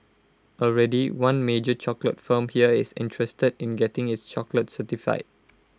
already one major chocolate firm here is interested in getting its chocolates certified